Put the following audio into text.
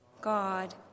God